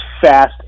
fast